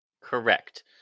Correct